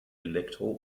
elektro